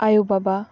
ᱟᱭᱳ ᱵᱟᱵᱟ